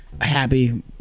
happy